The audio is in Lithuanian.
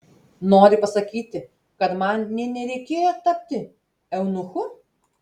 nori pasakyti kad man nė nereikėjo tapti eunuchu